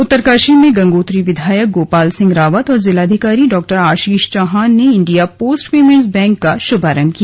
उत्तरकाशी में गंगोत्री विधायक गोपाल सिंह रावत और जिलाधिकारी डा आशीष चौहान ने इंडिया पोस्ट पेमेन्ट्स बैंक का शुभारंभ किया